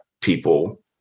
people